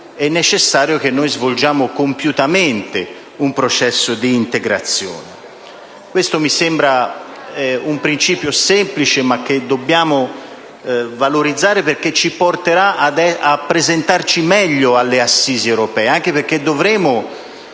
è necessario che noi svolgiamo compiutamente un processo di integrazione. Questo mi sembra un principio semplice, ma che dobbiamo valorizzare perché ci porterà a presentarci meglio alle assise europee, anche perché dovremo